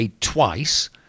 twice